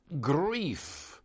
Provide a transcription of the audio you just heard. grief